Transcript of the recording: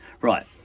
right